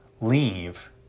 leave